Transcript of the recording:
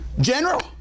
General